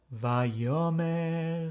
Vayomer